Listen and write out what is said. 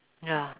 ya